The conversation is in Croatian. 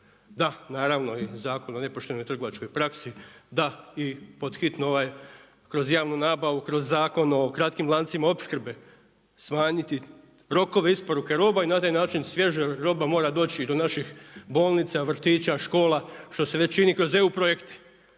Da, naravno i Zakon o nepoštenoj trgovačkoj praksi, da i podhitno ovaj kroz javnu nabavu, kroz Zakon o kratkim lancima opskrbe, smanjiti rokove isporuke roba i na taj način svježa roba mora doći do naših bolnica, vrtića, škola, što se već čini kroz EU projekte.